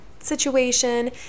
situation